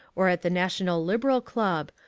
or at the national liberal club,